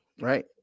Right